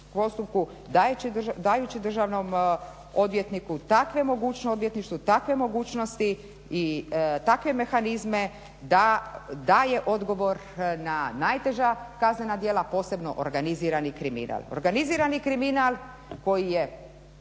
dajući državnom odvjetništvu takve mogućnosti i takve mehanizme da daje odgovor na najteža kaznena djela, posebno organizirani kriminal. Organizirani kriminal koji je